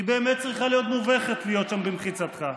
היא באמת צריכה להיות מובכת להיות שם במחיצתך,